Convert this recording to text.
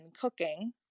cooking